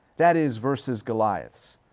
that is, versus goliaths.